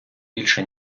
більше